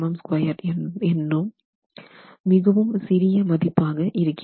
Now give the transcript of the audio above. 012MPa என்று மிகவும் சிறிய மதிப்பாக இருக்கிறது